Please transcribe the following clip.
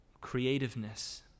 creativeness